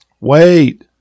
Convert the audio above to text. Wait